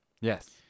Yes